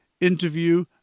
Interview